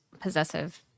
possessive